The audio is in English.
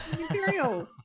material